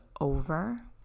over